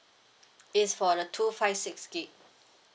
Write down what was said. it's for the two five six gig